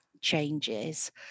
changes